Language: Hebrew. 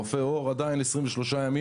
ברופא עור, עדיין 23 ימים